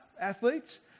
athletes